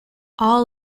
all